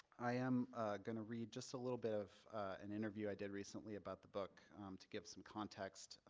i am going to read just a little bit of an interview i did recently about the book to give some context.